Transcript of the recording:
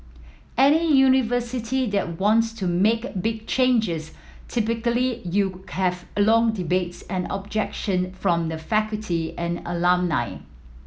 any university that wants to make big changes typically you have long debates and objection from the faculty and alumni